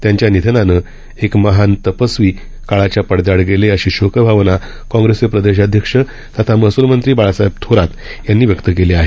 त्यांच्या निधनानं एक महान तपस्वी काळाच्या पडद्याआड गेले अशी शोकभावना काँप्रेसचे प्रदेशाध्यक्ष तथा महसूलमंत्री बाळासाहेब थोरात यांनी व्यक्त केली आहे